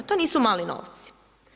To nisu mali novci.